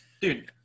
Dude